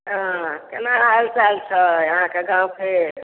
हँ केना हालचाल छै अहाँके गाँव फेर